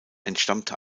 entstammte